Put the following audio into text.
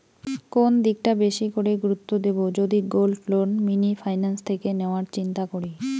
কোন দিকটা বেশি করে গুরুত্ব দেব যদি গোল্ড লোন মিনি ফাইন্যান্স থেকে নেওয়ার চিন্তা করি?